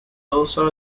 also